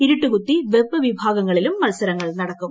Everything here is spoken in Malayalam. ഇരുട്ടുകുത്തി വെപ്പ് വിഭാഗങ്ങളിലും മത്സരങ്ങൾ നടക്കും